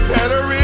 Better